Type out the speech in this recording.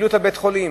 פעילות בית-החולים.